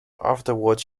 afterwards